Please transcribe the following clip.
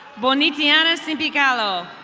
bonitanise simigalo.